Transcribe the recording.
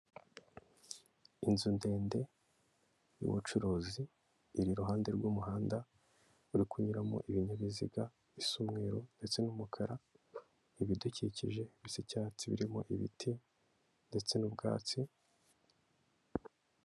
Inzu ndende y'ubucuruzi, iri iruhande rw'umuhanda uri kunyuramo ibinyabiziga bisa umweru ndetse n'umukara, ibidukikije bisa icyatsi, birimo ibiti ndetse n'ubwatsi.